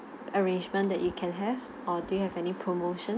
arrangement that you can have or do you have any promotio~